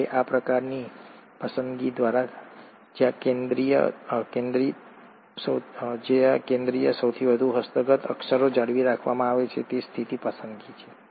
હવે આ પ્રકારની પસંદગી જ્યાં કેન્દ્રિય સૌથી વધુ હસ્તગત અક્ષરો જાળવી રાખવામાં આવે છે તે સ્થિર પસંદગી છે